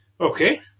Okay